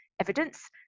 evidence